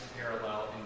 parallel